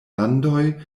landoj